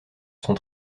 sont